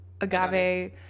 agave